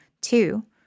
Two